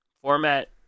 format